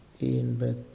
in-breath